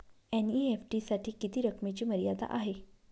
NEFT साठी किती रकमेची मर्यादा आहे?